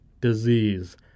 disease